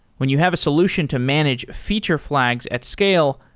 when you have a solution to manage feature flags at scale,